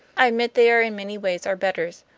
i admit they are in many ways our betters,